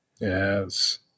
Yes